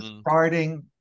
starting